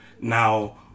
Now